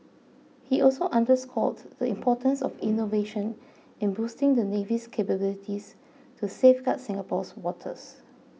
he also underscored the importance of innovation in boosting the navy's capabilities to safeguard Singapore's waters